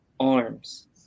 Arms